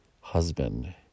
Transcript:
husband